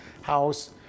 house